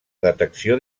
detecció